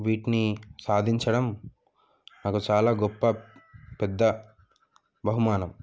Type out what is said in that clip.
వీటిని సాధించడం నాకు చాలా గొప్ప పెద్ద బహుమానం